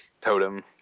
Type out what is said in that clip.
Totem